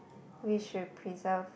we should preserve